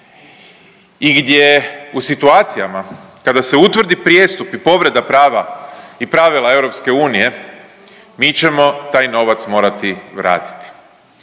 i gdje u situacijama kada se utvrdi prijestup i povreda prava i pravila EU mi ćemo taj novac morati vratiti.